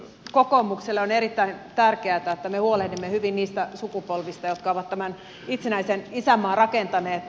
kokoomukselle on erittäin tärkeätä että me huolehdimme hyvin niistä sukupolvista jotka ovat tämän itsenäisen isänmaan rakentaneet